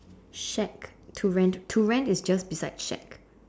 shack to rent to rent is just beside shack